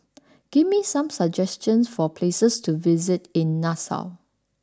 give me some suggestions for places to visit in Nassau